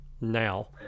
now